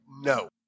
No